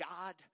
God